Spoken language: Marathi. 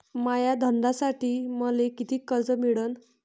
माया धंद्यासाठी मले कितीक कर्ज मिळनं?